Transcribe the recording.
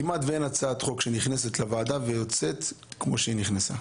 שכמעט ואין הצעת חוק שנכנסת לוועדה ויוצאת כמו שהיא נכנסה.